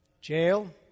jail